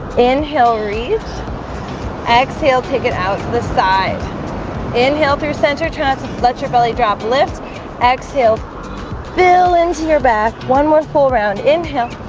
inhale reach exhale take it out to the side inhale through center times let your belly drop lift exhale fill in to your back one more full round inhale